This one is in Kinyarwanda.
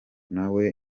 nawe